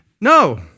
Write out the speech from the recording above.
no